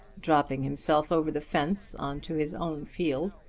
dropping himself over the fence on to his own field.